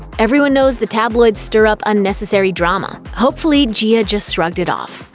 everyone knows the tabloids stir up unnecessary drama. hopefully, gia just shrugged it off.